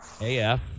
AF